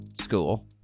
school